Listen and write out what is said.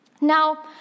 Now